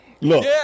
Look